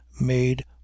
made